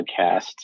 podcast